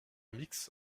mix